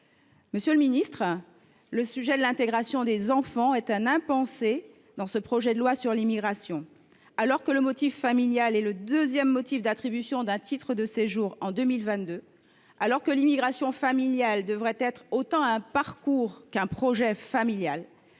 Monsieur le ministre, le sujet de l’intégration des enfants est un impensé de ce projet de loi sur l’immigration. Alors que le motif familial est le deuxième motif d’attribution d’un titre de séjour en 2022, et alors que l’immigration familiale devrait être autant un parcours qu’un projet familial,